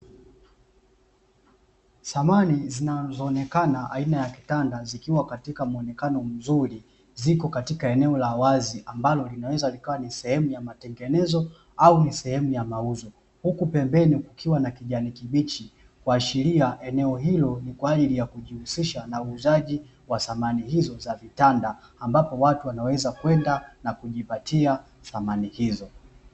Samani zinazoonekana aina ya kitanda zikiwa katika mwonekano mzuri, ziko katika eneo la wazi ambalo linaweza likawa ni sehemu ya matengenezo au ni sehemu ya mauzo, huku pembeni kukiwa na kijani kibichi kuashiria eneo hilo ni kwa ajili ya kujihusisha na uuzaji wa samani hizo za vitanda ambapo watu wanaweza kwenda na kujipatia samani hizo.